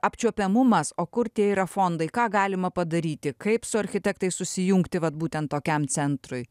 apčiuopiamumas o kur tie yra fondai ką galima padaryti kaip su architektais susijungti vat būtent tokiam centrui